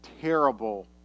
terrible